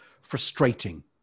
frustrating